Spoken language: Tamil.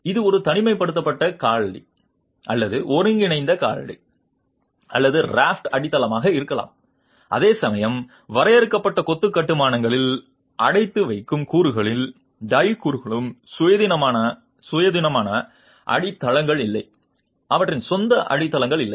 இது ஒரு தனிமைப்படுத்தப்பட்ட காலடி அல்லது ஒருங்கிணைந்த காலடி அல்லது ஒரு ராஃப்ட் அடித்தளமாக இருக்கலாம் அதேசமயம் வரையறுக்கப்பட்ட கொத்து கட்டுமானங்களில் அடைத்து வைக்கும் கூறுகளில் டை கூறுகளுக்கு சுயாதீனமான அடித்தளங்கள் இல்லை அவற்றின் சொந்த அடித்தளங்கள் இல்லை